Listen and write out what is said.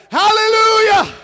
hallelujah